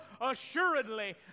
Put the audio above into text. assuredly